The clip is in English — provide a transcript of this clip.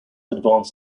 advance